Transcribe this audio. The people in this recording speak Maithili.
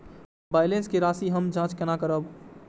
बैलेंस के राशि हम जाँच केना करब?